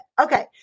Okay